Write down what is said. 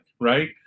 right